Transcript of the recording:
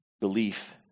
Belief